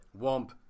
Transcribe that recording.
Womp